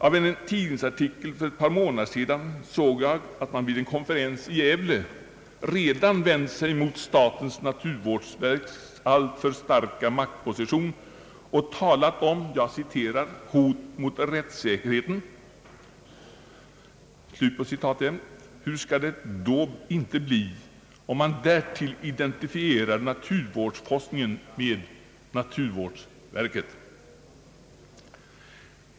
I en tidningsartikel för ett par månader sedan såg jag, att man vid en konferens i Gävle redan har vänt sig mot statens naturvårdsverks alltför starka maktposition och talat om »hot mot rättssäkerheten». Hur skall det då inte bli, om man därtill identifierar naturvårdsforskningen med naturvårdsverket?